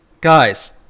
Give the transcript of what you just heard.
guys